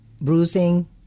bruising